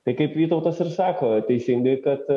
tai kaip vytautas ir sako teisingai kad